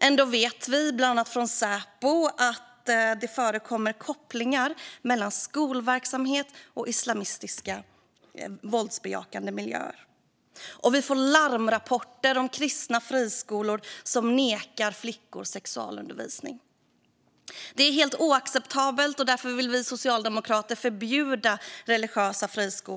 Ändå vet vi från bland annat Säpo att det förekommer kopplingar mellan skolverksamhet och islamistiska, våldsbejakande miljöer. Vi får också larmrapporter om kristna friskolor som nekar flickor sexualundervisning. Det är helt oacceptabelt, och därför vill vi socialdemokrater förbjuda religiösa friskolor.